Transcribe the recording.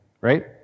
right